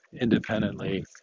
independently